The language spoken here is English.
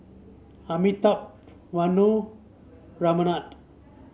Amitabh Vanu Ramanand